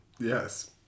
yes